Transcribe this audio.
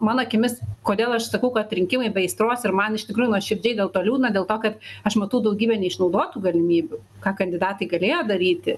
mano akimis kodėl aš sakau kad rinkimai be aistros ir man iš tikrųjų nuoširdžiai dėl to liūdna dėl to kad aš matau daugybę neišnaudotų galimybių ką kandidatai galėjo daryti